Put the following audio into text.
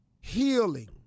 healing